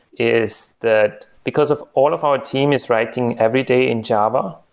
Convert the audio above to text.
is that because of all of our team is writing every day in java,